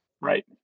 Right